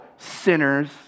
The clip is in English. sinners